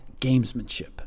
gamesmanship